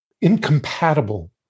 incompatible